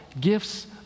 gifts